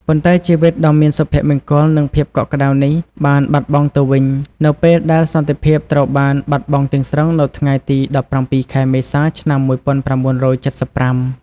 ប៉ុន្តែជីវិតដ៏មានសុភមង្គល និងភាពកក់ក្ដៅនេះបានបាត់បង់ទៅវិញ នៅពេលដែលសន្តិភាពត្រូវបានបាត់បង់ទាំងស្រុងនៅថ្ងៃទី ១៧ ខែមេសា ឆ្នាំ ១៩៧៥។